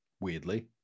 Weirdly